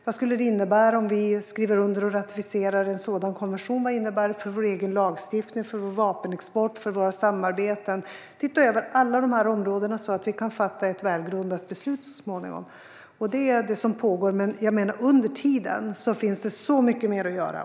Vad skulle det innebära om vi skriver under och ratificerar en sådan konvention? Vad innebär det för vår egen lagstiftning, för vår vapenexport och för våra samarbeten? Man tittar över alla dessa områden, så att vi så småningom kan fatta ett välgrundat beslut. Det är det som pågår, men under tiden finns det så mycket mer att göra.